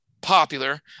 popular